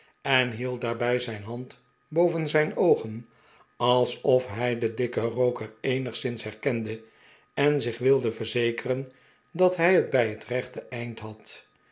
en hield daarbij zijn hand boven zijn oogen alsof hij den dikken rooker eenigszins herkende en zich wilde verzekeren dat hij het bij het rechte eind had